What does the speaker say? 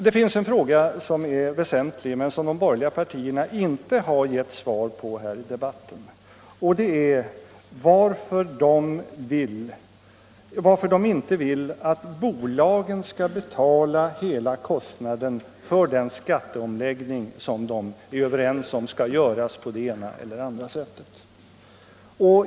Det finns en fråga som är väsentlig men som de borgerliga partierna inte gett svar på här i debatten. Det är frågan varför de borgerliga inte vill att bolagen skall betala kostnaden för den skatteomläggning som man är överens om skall göras.